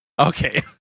Okay